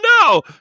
no